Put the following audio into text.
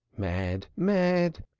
mad! mad!